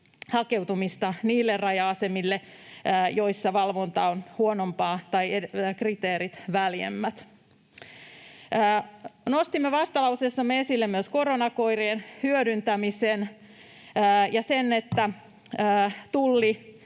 hakeutumista niille raja-asemille, joilla valvonta on huonompaa tai kriteerit väljemmät. Nostimme vastalauseessamme esille myös koronakoirien hyödyntämisen ja sen, että Tulli